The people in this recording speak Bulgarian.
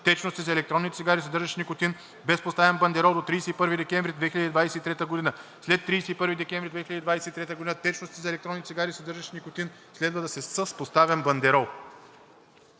течности за електронни цигари, съдържащи никотин, без поставен бандерол до 31 декември 2023 г. След 31 декември 2023 г. течностите за електронни цигари, съдържащи никотин, следва да са с поставен бандерол.“